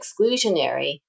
exclusionary